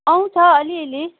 आउँछ अलिअलि